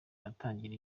dutangira